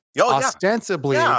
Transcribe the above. ostensibly